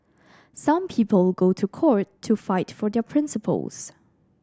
some people go to court to fight for their principles